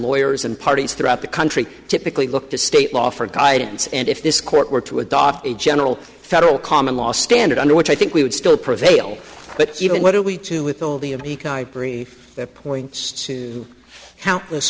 lawyers and parties throughout the country typically look to state law for guidance and if this court were to adopt a general federal common law standard under which i think we would still prevail but even what are we to with all the of that points to